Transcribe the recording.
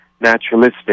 naturalistic